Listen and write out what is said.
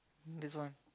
that's why